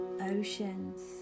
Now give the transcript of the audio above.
oceans